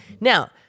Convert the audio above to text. Now